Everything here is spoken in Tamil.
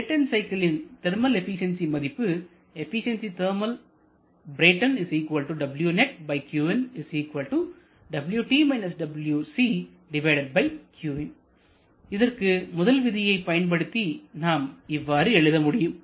பிரேட்டன் சைக்கிளின் தெர்மல் எபிசென்சி மதிப்பு இதற்கு முதல் விதியை பயன்படுத்தி நாம் இவ்வாறு எழுத முடியும்